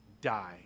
die